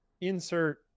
insert